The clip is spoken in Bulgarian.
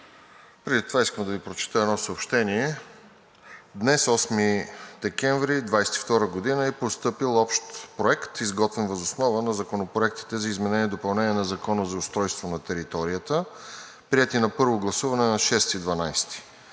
Преди това искам да Ви прочета едно съобщение: „Днес, 8 декември 2022 г., е постъпил общ проект, изготвен въз основа на законопроектите за изменение и допълнение на Закона за устройство на територията, приети на първо гласуване на 6